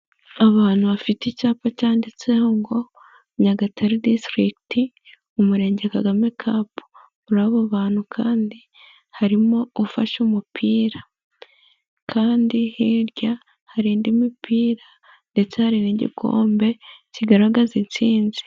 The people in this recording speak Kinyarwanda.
Abantu bafite icyapa cyanditseho ngo Nyagatare disitirikiti Umurenge Kagame Cup, muri abo bantu kandi harimo ufashe umupira, kandi hirya hari indi mipira ndetse hari n'igikombe kigaragaza insinzi.